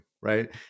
right